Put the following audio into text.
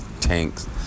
tanks